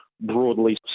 broadly